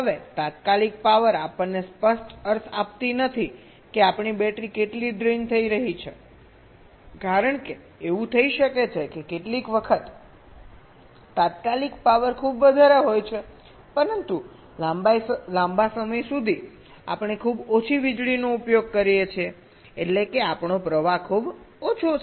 હવે તાત્કાલિક પાવર આપણને સ્પષ્ટ અર્થ આપતી નથી કે આપણી બેટરી કેટલી ડ્રેઇન થઈ રહી છે કારણ કે એવું થઈ શકે છે કે કેટલીક વખત તાત્કાલિક પાવર ખૂબ વધારે હોય છે પરંતુ લાંબા સમય સુધી આપણે ખૂબ ઓછી વીજળીનો ઉપયોગ કરીએ છીએ એટલે કે આપણો પ્રવાહ ખૂબ ઓછું છે